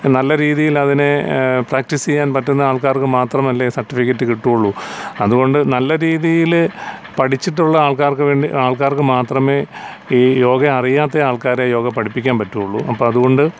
നല്ല രീതിയിലതിനെ പ്രാക്റ്റീസ് ചെയ്യാൻ പറ്റുന്ന ആൾക്കാർക്കു മാത്രമല്ലെ സർട്ടിഫിക്കറ്റ് കിട്ടുകയുള്ളു അതുകൊണ്ട് നല്ല രീതിയിൽ പഠിച്ചിട്ടുള്ള ആൾക്കാർക്കു വേണ്ടി ആൾക്കാർക്ക് മാത്രമേ ഈ യോഗ അറിയാത്ത ആൾക്കാരെ യോഗ പഠിപ്പിക്കാൻ പറ്റുകയുള്ളു അപ്പം അതു കൊണ്ട്